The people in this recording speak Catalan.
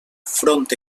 front